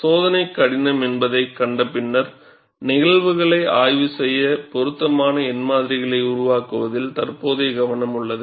சோதனை கடினம் என்பதைக் கண்ட பின்னர் நிகழ்வுகளை ஆய்வு செய்ய பொருத்தமான எண் மாதிரிகளை உருவாக்குவதில் தற்போதைய கவனம் உள்ளது